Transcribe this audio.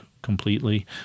completely